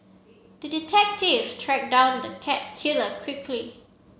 the detective tracked down the cat killer quickly